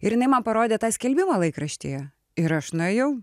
ir jinai man parodė tą skelbimą laikraštyje ir aš nuėjau